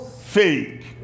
fake